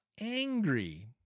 angry